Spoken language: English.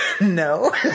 No